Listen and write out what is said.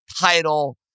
title